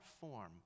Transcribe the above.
form